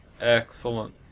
Excellent